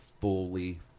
fully